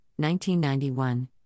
1991